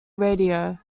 radio